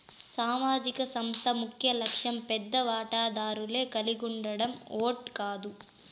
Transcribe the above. సామాజిక సంస్థ ముఖ్యలక్ష్యం పెద్ద వాటాదారులే కలిగుండడం ఓట్ కాదు